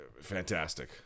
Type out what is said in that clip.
Fantastic